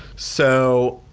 so